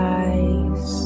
eyes